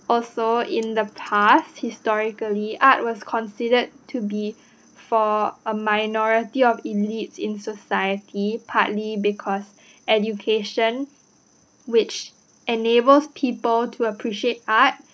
also in the past historically art was considered to be for a minority of elite in society partly because education which enables people to appreciate art